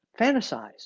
fantasize